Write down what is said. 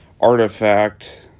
artifact